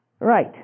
Right